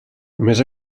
només